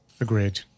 Agreed